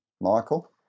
Michael